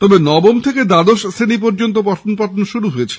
তবে নবম থেকে দ্বাদশ শ্রেণী পর্যন্ত পঠনপাঠন শুরু হয়েছে